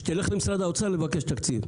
שתלך למשרד האוצר לבקש תקציב.